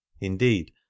Indeed